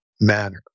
manner